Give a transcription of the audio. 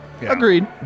Agreed